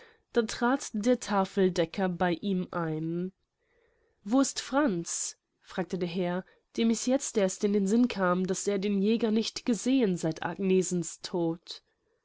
da trat der tafeldecker bei ihm ein wo ist franz fragte der herr dem es jetzt erst in den sinn kam daß er den jäger nicht gesehen seit agnesens tode